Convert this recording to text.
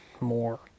more